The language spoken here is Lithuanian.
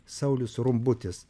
saulius rumbutis